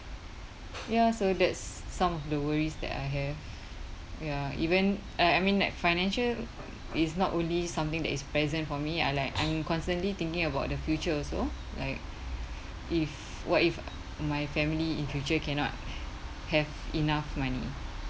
ya so that's some of the worries that I have ya even I I mean like financial it's not really something that is present for me I like I'm constantly thinking about the future also like if what if my family in future cannot have enough money